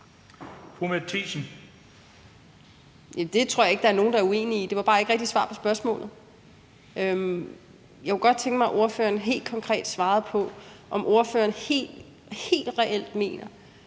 Jeg tror ikke, at der er nogen, der er uenig i det. Det var bare ikke rigtig svar på spørgsmålet. Jeg kunne godt tænke mig, at ordføreren helt konkret svarede på, om ordføreren helt reelt mener,